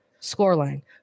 scoreline